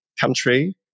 country